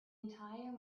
entire